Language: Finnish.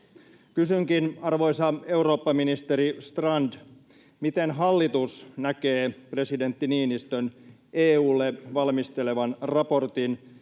Kysynkin, arvoisa eurooppaministeri Strand: Miten hallitus näkee presidentti Niinistön EU:lle valmisteleman raportin